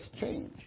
change